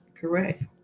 Correct